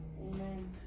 Amen